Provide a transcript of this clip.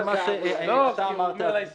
שאתה אמרת.